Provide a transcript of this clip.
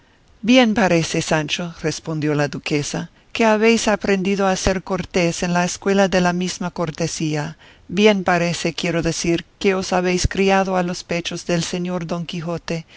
bien parece sancho respondió la duquesa que habéis aprendido a ser cortés en la escuela de la misma cortesía bien parece quiero decir que os habéis criado a los pechos del señor don quijote